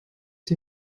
die